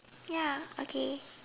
ya okay